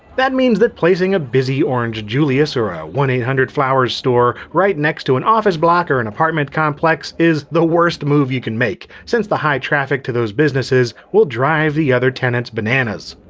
means that placing a busy orange julius or a one eight hundred flowers store right next to an office block or an apartment complex is the worst move you can make, since the high traffic to those businesses will drive the other tenants bananas.